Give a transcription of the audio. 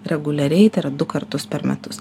reguliariai tai yra du kartus per metus